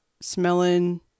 smelling